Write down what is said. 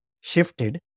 shifted